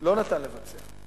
לא נתן לבצע.